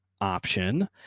option